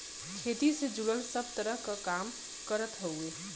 खेती से जुड़ल सब तरह क काम करत हउवे